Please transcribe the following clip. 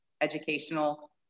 educational